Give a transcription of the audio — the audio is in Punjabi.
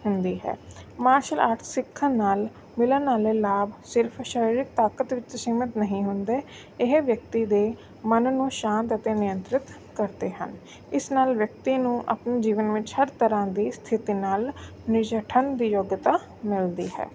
ਹੁੰਦੀ ਹੈ ਮਾਰਸ਼ਲ ਆਰਟ ਸਿੱਖਣ ਨਾਲ ਮਿਲਣ ਵਾਲੇ ਲਾਭ ਸਿਰਫ ਸਰੀਰਿਕ ਤਾਕਤ ਵਿੱਚ ਸੀਮਿਤ ਨਹੀਂ ਹੁੰਦੇ ਇਹ ਵਿਅਕਤੀ ਦੇ ਮਨ ਨੂੰ ਸ਼ਾਂਤ ਅਤੇ ਨਿਯੰਤਰਿਤ ਕਰਦੇ ਹਨ ਇਸ ਨਾਲ ਵਿਅਕਤੀ ਨੂੰ ਆਪਣੇ ਜੀਵਨ ਵਿਚ ਹਰ ਤਰ੍ਹਾਂ ਦੀ ਸਥਿਤੀ ਨਾਲ ਨਜਿੱਠਣ ਦੀ ਯੋਗਿਤਾ ਮਿਲਦੀ ਹੈ